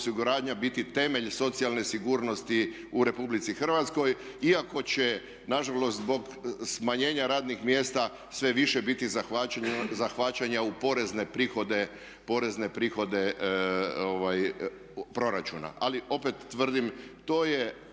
biti temelj socijalne sigurnosti u Republici Hrvatskoj iako će nažalost zbog smanjenja radnih mjesta sve više biti zahvaćanja u porezne prihode proračuna. Ali opet tvrdim to je